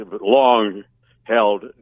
long-held